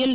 L